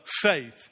faith